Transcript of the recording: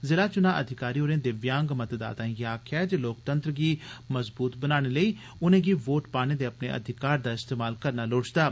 जिला च्नां अधिकारी होरें दिव्यांग मतदाताएं गी आखेआ जे लोकतंत्र गी मजबूत बनाने लेई उनें' गी वोट पाने दे अपने अधिकार दा इस्तेमाल करना लोइचदा ऐ